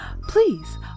Please